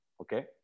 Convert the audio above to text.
Okay